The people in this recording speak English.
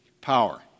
power